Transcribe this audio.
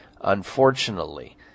unfortunately